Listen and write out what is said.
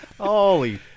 Holy